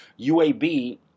UAB